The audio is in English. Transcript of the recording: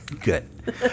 Good